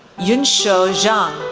yunshu zhang,